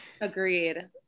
Agreed